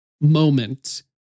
moment